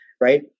Right